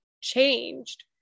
changed